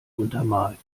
untermalt